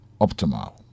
optimal